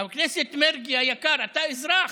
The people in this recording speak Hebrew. חבר הכנסת מרגי היקר, אתה אזרח.